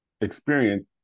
experience